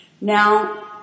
Now